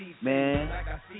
man